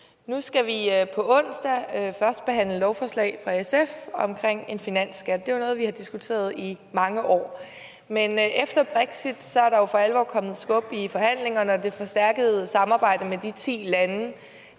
Nu skal vi på onsdag førstebehandle et beslutningsforslag fra SF om en finansskat. Det er noget, vi har diskuteret i mange år, men efter Brexit er der for alvor kommet skub i forhandlingerne. Og det forstærkede samarbejde mellem de ti lande,